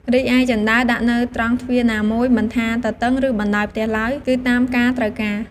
រីឯជណ្តើរដាក់នៅត្រង់ទ្វារណាមួយ មិនថាទទឹងឬបណ្តោយផ្ទះឡើយ គឺតាមការត្រូវការ ។